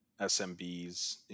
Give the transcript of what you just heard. SMBs